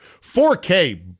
4K